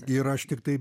ir aš tiktai